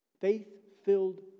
faith-filled